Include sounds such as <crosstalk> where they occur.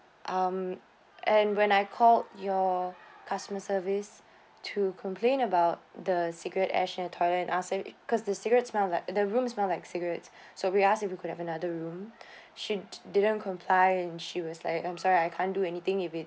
um and when I called your customer service to complain about the cigarette ash at the toilet and ask him because the cigarettes smell like the rooms smell like cigarettes <breath> so we asked if we could have another room <breath> she didn't comply and she was like I'm sorry I can't do anything if it